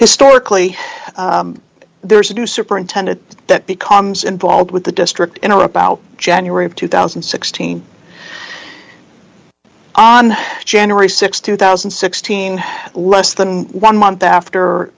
historically there's a new superintendent that becomes involved with the district in about january of two thousand and sixteen on january th two thousand and sixteen less than one month after